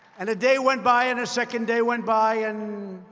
and a day went by, and a second day went by, and